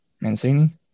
Mancini